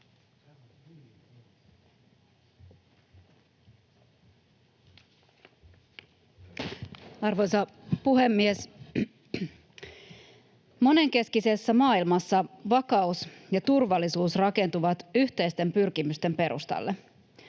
Arvoisa puhemies! Monenkeskisessä maailmassa vakaus ja turvallisuus rakentuvat yhteisten pyrkimysten perustalle.